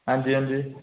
आंजी आंजी